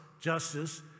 Justice